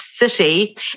City